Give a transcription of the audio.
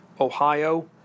Ohio